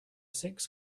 six